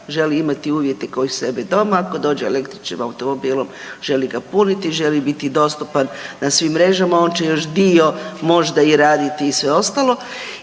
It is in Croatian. želi imati uvjete kao i kod sebe doma, ako dođe električnim automobilom želi ga puniti, želi biti dostupan na svim mrežama, on će još dio možda i raditi i sve ostalo